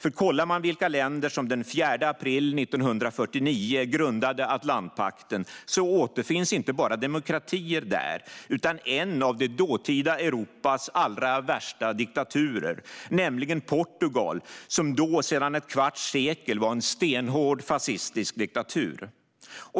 Bland de länder som den 4 april 1949 grundade Atlantpakten återfinns inte bara demokratier utan även en av det dåtida Europas allra värsta diktaturer, nämligen Portugal, som då sedan ett kvarts sekel var en stenhård fascistisk diktatur.